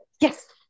yes